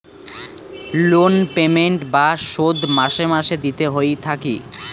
loan payment বা শোধ মাসে মাসে দিতে হই থাকি